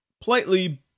politely